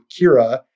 kira